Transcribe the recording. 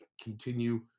continue